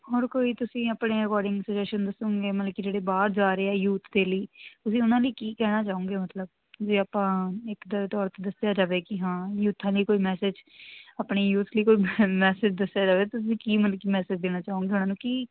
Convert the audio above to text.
ਹੋਰ ਕੋਈ ਤੁਸੀਂ ਆਪਣੇ ਅਕੋਡਿੰਗ ਸੁਜਾਸ਼ਨ ਦੱਸੋਗੇ ਮਤਲਬ ਕਿ ਜਿਹੜੇ ਬਾਹਰ ਜਾ ਰਹੇ ਆ ਯੂਥ ਦੇ ਲਈ ਤੁਸੀਂ ਉਹਨਾਂ ਨੇ ਕੀ ਕਹਿਣਾ ਚਾਹੋਗੇ ਮਤਲਬ ਜੇ ਆਪਾਂ ਇੱਕ ਤੌਰ 'ਤੇ ਦੱਸਿਆ ਜਾਵੇ ਕਿ ਹਾਂ ਯੂਥਾਂ ਲਈ ਕੋਈ ਮੈਸੇਜ ਆਪਣੀ ਯੂਥ ਲਈ ਕੋਈ ਮੈਸੇਜ ਦੱਸਿਆ ਜਾਵੇ ਤੁਸੀਂ ਕੀ ਮਤਲਬ ਕਿ ਮੈਸੇਜ ਦੇਣਾ ਚਾਹੋਗੇ ਉਹਨਾਂ ਨੂੰ ਕੀ